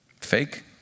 Fake